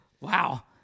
Wow